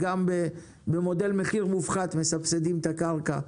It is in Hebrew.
גם במודל מחיר מופחת מסבסדים את הקרקע,